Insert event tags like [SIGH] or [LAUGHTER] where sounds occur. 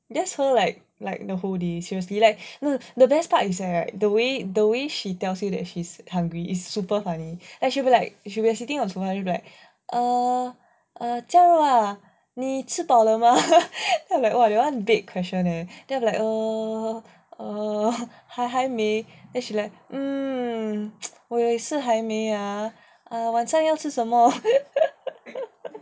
that's her like like the whole day seriously like the best part is that right the way the way she tells you that she's hungry is super funny ya she will be like we are sitting on the sofa then she will be like um jia rou ah 你吃饱了吗 [LAUGHS] then I'm like !wah! that [one] big question eh then I'm like err 还没 then she mm 我也是还没啊晚上要吃什么